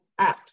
apps